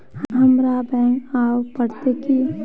हमरा बैंक आवे पड़ते की?